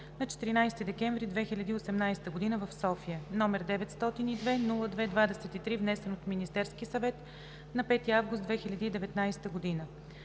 на 14 декември 2018 г. в София, № 902-02-23, внесен от Министерския съвет на 5 август 2019 г.